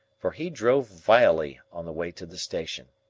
for he drove vilely on the way to the station.